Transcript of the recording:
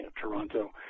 Toronto